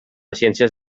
ciències